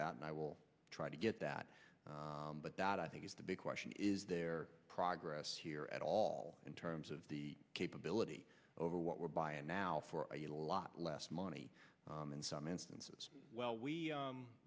that and i will try to get that but that i think is the big question is there progress here at all in terms of the capability over what we're buying now for a lot less money in some instances well we